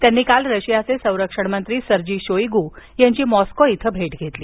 त्यांनी काल रशियाचे संरक्षण मंत्री सर्जी शोइगू यांची मॉस्को इथं भेट घेतली